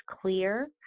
clear